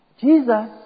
Jesus